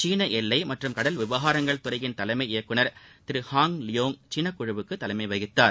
சீனஎல்லைமற்றும்கடல்விவகாரங்கள்துறையின்தலைமைஇயக்கு னர்திருஹாங்லியேங் சீனக்குழுவுக்குதலைமைவகித்தார்